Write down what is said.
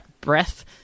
breath